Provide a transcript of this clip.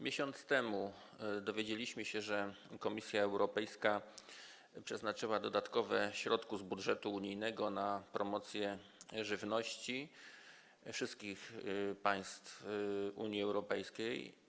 Miesiąc temu dowiedzieliśmy się, że Komisja Europejska przeznaczyła dodatkowe środki z budżetu unijnego na promocję żywności z wszystkich państw Unii Europejskiej.